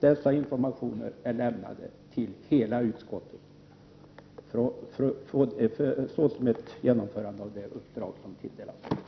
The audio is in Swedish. Dessa informationer är lämnade till hela utskottet såsom ett genomförande av det uppdrag som vi har tilldelats.